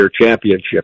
championship